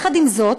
עם זאת,